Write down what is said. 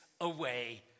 away